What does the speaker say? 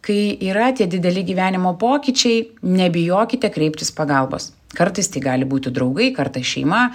kai yra tie dideli gyvenimo pokyčiai nebijokite kreiptis pagalbos kartais tai gali būti draugai kartais šeima